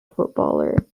footballer